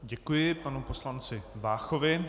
Děkuji panu poslanci Váchovi.